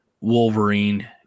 Wolverine